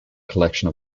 collection